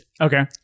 Okay